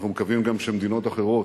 אנחנו מקווים גם שמדינות אחרות,